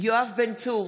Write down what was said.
יואב בן צור,